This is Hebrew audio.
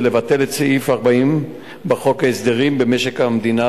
ולבטל את סעיף 40 בחוק ההסדרים במשק המדינה